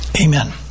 Amen